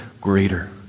greater